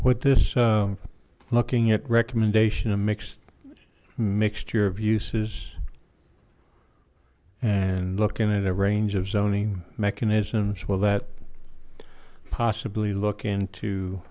with this looking at recommendation a mixed mixture of uses and looking at a range of zoning mechanisms will that possibly look into